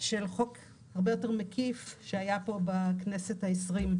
של חוק הרבה יותר מקיף שהיה פה בכנסת העשרים,